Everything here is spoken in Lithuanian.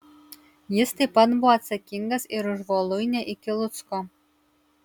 jis taip pat buvo atsakingas ir už voluinę iki lucko